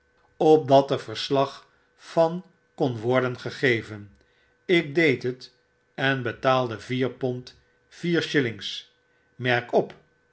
opdat er verslag van kon worden gegeven ik deed het en betaalde vier pond vier shillings merk op